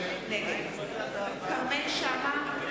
נגד כרמל שאמה,